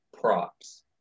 props